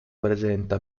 presenta